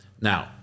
now